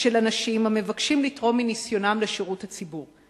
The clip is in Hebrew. של אנשים המבקשים לתרום מניסיונם לשירות הציבור.